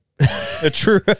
True